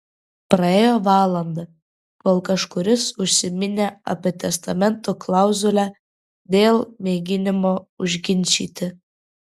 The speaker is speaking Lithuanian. praėjo valanda kol kažkuris užsiminė apie testamento klauzulę dėl mėginimo užginčyti